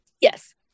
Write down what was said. Yes